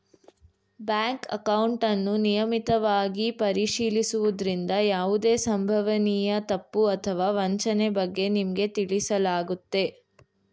bank ಅಕೌಂಟನ್ನು ನಿಯಮಿತವಾಗಿ ಪರಿಶೀಲಿಸುವುದ್ರಿಂದ ಯಾವುದೇ ಸಂಭವನೀಯ ತಪ್ಪು ಅಥವಾ ವಂಚನೆ ಬಗ್ಗೆ ನಿಮ್ಗೆ ತಿಳಿಸಲಾಗುತ್ತೆ